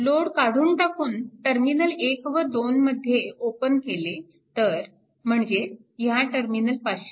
load काढून टाकून terminal 1 व 2 मध्ये ओपन केले तर म्हणजे ह्या टर्मिनलपाशी